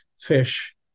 fish